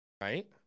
Right